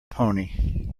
pony